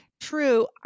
true